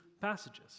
passages